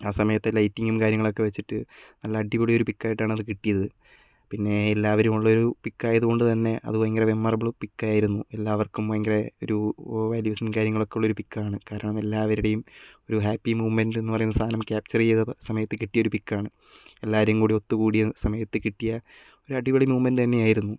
ആ സമയത്തെ ലൈറ്റിംഗും കാര്യങ്ങളൊക്കെ വെച്ചിട്ട് നല്ല അടിപൊളി ഒരു പിക്കായിട്ടാണ് അത് കിട്ടിയത് പിന്നെ എല്ലാവരും ഉള്ളൊരു പിക്ക് ആയത് കൊണ്ട് തന്നെ അത് ഭയങ്കര മെമ്മറബിൾ പിക്ക് ആയിരുന്നു എല്ലാവര്ക്കും ഭയങ്കര ഒരു വാല്യൂസും കാര്യങ്ങളൊക്കെ ഉള്ള ഒരു പിക്ക് ആണ് കാരണം എല്ലാവരുടെയും ഒരു ഹാപ്പിമൊമൻ്റെ എന്ന് പറയുന്ന ഒരു സാധനം ക്യാപ്ചർ ചെയ്ത സമയത്ത് കിട്ടിയ ഒരു പിക്കാണ് എല്ലാരും കൂടി ഒത്തുകൂടിയ സമയത്ത് കിട്ടിയ ഒരു അടിപൊളി മൊമെൻ്റെ തന്നെയായിരുന്നു